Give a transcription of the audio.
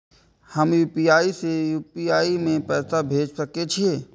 हम यू.पी.आई से यू.पी.आई में पैसा भेज सके छिये?